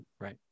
Right